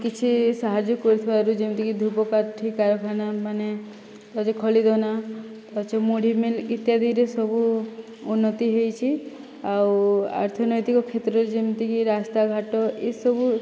କିଛି ସାହାଯ୍ୟ କରିଥିବାରୁ ଯେମିତି କି ଧୂପକାଠି କାରଖାନାମାନେ ଯଦି ଖଲି ଦନା ତା ଚ ମୁଢ଼ି ମେ ଇତ୍ୟାଦିରେ ସବୁ ଉନ୍ନତି ହୋଇଛି ଆଉ ଆର୍ଥନୈତିକ କ୍ଷେତ୍ରରେ ଯେମିତିକି ରାସ୍ତାଘାଟ ଏଇସବୁ